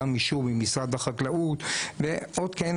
גם אישור ממשרד החקלאות ועוד כהנה